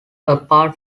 apart